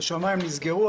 השמים נסגרו,